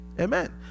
amen